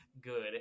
good